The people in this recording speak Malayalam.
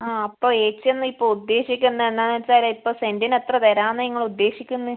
ആ അപ്പോൾ ചേച്ചി എന്നാൽ ഇപ്പോൾ ഉദ്ദേശിക്കുന്നത് എന്നാണ് വച്ചാൽ ഇപ്പോൾ സെൻറ്റിന് എത്ര തരാന്നാണ് നിങ്ങൾ ഉദ്ദേശിക്കുന്നത്